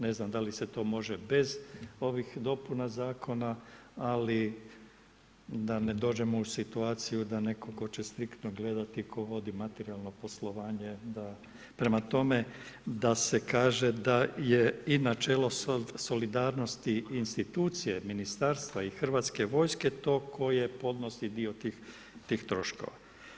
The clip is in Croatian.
Ne znam da li se to može bez ovih dopuna Zakona, ali da ne dođemo u situaciju da netko tko će striktno gledati tko vodi materijalno poslovanje da, prema tome da se kaže da je i načelo solidarnosti institucije Ministarstva i HV-a to koje podnosi dio tih troškova.